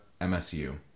MSU